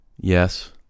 Yes